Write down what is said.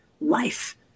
life